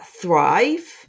thrive